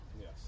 yes